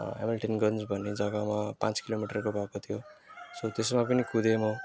हेमिल्टनगन्ज भन्ने जग्गामा पाँच किलोमिटरको भएको थियो सो त्यसमा पनि कुदेँ म